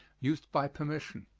used by permission.